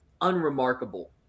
unremarkable